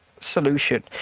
solution